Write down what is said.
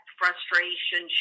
frustration